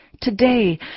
Today